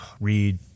read